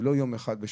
זה לא יום אחד בשנה,